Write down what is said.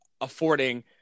affording